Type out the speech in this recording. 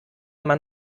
man